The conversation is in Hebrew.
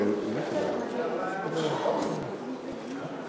ההסתייגות של קבוצת סיעת